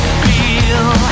feel